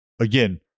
again